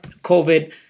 covid